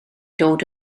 dod